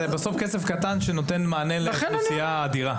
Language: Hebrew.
זה בסוף כסף קטן שנותן מענה לאוכלוסייה אדירה.